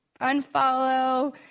unfollow